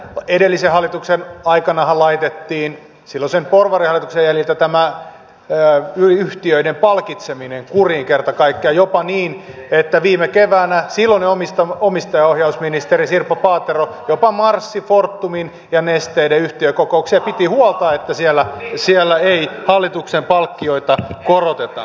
edellisen hallituksen aikanahan laitettiin silloisen porvarihallituksen jäljiltä tämä yhtiöiden palkitseminen kuriin kerta kaikkiaan jopa niin että viime keväänä silloinen omistajaohjausministeri sirpa paatero marssi fortumin ja nesteen yhtiökokouksiin ja piti huolta että siellä ei hallituksen palkkioita koroteta